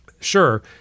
sure